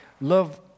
Love